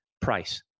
price